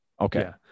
Okay